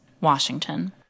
Washington